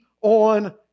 on